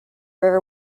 river